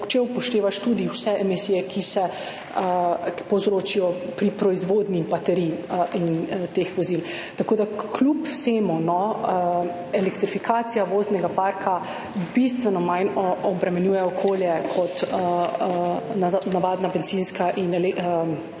če upoštevaš tudi vse emisije, ki se povzročijo pri proizvodnji baterij in teh vozil. Kljub vsemu elektrifikacija voznega parka bistveno manj obremenjuje okolje kot navadna bencinska in dizelska vozila.